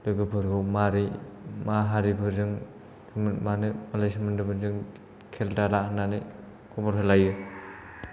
लोगोफोरखौ मारै मा हारिफोरजों मानो मालाय सोमोन्दोफोरजों खेल दाला होननानै खबर होलायो